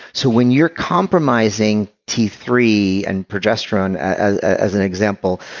so when you're compromising t three and progesterone as as an example,